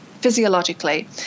physiologically